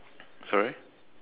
sorry